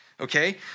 Okay